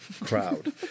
crowd